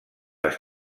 les